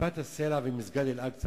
כיפת-הסלע ומסגד אל-אקצא,